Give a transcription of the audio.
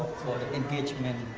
engagement?